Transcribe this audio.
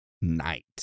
night